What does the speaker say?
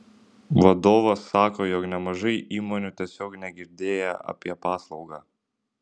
vadovas sako jog nemažai įmonių tiesiog negirdėję apie paslaugą